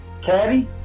Caddy